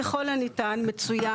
ככל הניתן, מצוין.